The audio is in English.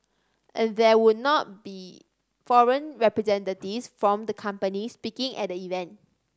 and there would not be foreign representatives from the companies speaking at the event